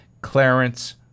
Clarence